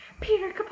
peter